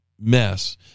mess